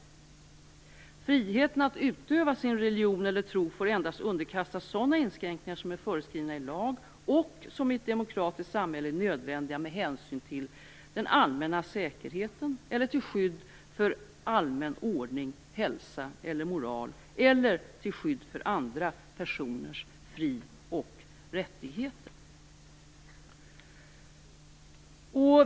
Friheten att utöva sin religion eller tro får endast underkastas sådana inskränkningar som är föreskrivna i lag och som i ett demokratiskt samhälle är nödvändiga med hänsyn till den allmänna säkerheten eller till skydd för allmän ordning, hälsa eller moral eller till skydd för andra personers fri och rättigheter.